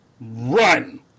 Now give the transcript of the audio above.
run